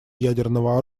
ядерного